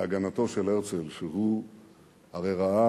להגנתו של הרצל, שהוא הרי ראה